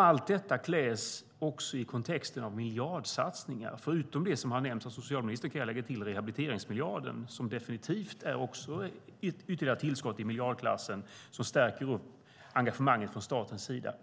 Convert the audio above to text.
Allt detta kläs också i kontexten av miljardsatsningar. Förutom det som nämnts av socialministern kan jag lägga till rehabiliteringsmiljarden. Den är definitivt ett ytterligare tillskott i miljardklassen som stärker engagemanget från statens sida.